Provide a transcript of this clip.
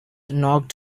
knocked